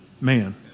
Man